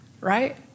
right